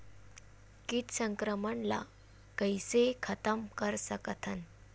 कीट संक्रमण ला कइसे खतम कर सकथन?